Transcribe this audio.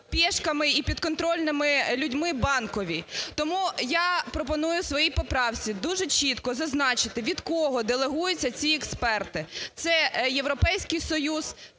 пєшками і підконтрольними людьми Банковій. Тому я пропоную в своїй поправці дуже чітко зазначити, від кого делегуються ці експерти. Це Європейський Союз,